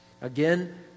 Again